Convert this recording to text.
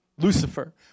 Lucifer